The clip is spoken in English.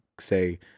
say